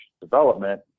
development